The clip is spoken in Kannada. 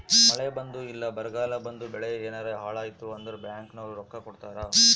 ಮಳೆ ಬಂದು ಇಲ್ಲ ಬರಗಾಲ ಬಂದು ಬೆಳೆ ಯೆನಾರ ಹಾಳಾಯ್ತು ಅಂದ್ರ ಬ್ಯಾಂಕ್ ನವ್ರು ರೊಕ್ಕ ಕೊಡ್ತಾರ